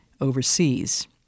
overseas